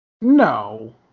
No